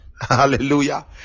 hallelujah